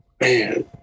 Man